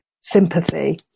sympathy